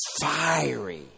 fiery